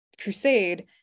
crusade